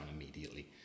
immediately